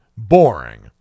boring